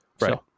right